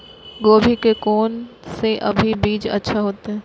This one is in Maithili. गोभी के कोन से अभी बीज अच्छा होते?